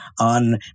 on